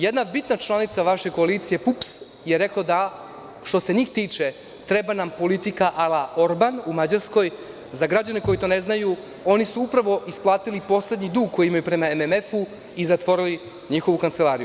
Jedna bitna članica vaše koalicije PUPS je rekla da što se njih tiče treba da bude politika ala urban, u Mađarskoj, a za građane koji to ne znaju – oni su upravo isplatili poslednji dug koji imaju prema MMF i zatvorili njihovu kancelariju.